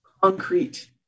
concrete